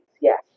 Yes